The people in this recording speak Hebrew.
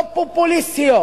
לא פופוליסטיות.